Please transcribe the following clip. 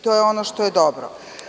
To je ono što je dobro.